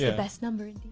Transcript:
ah best number and